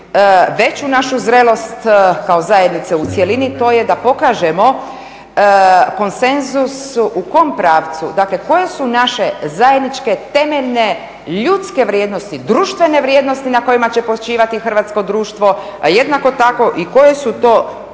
veću našu zrelost kao zajednice u cjelini, to je da pokažemo konsenzus u kom pravcu, dakle koje su naše zajedničke temeljne ljudske vrijednosti, društvene vrijednosti na kojima će počivati hrvatsko društvo, a jednako tako i koje su to